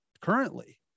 currently